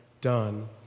done